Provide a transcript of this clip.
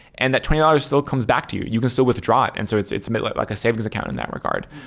and that twenty dollars still comes back to you. you can still withdraw it. and so it's it's like like a savings account in that regard.